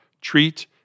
treat